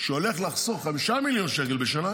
שהולך לחסוך 5 מיליון שקלים בשנה,